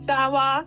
Sawa